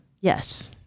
Yes